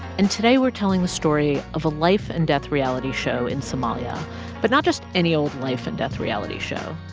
and today, we're telling the story of a life-and-death reality show in somalia but not just any old life-and-death reality show.